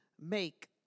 make